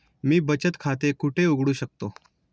मी बचत खाते कुठे उघडू शकतो?